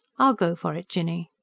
i'll go for it, jinny.